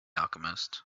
alchemist